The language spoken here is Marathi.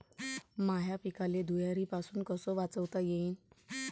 माह्या पिकाले धुयारीपासुन कस वाचवता येईन?